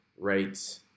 right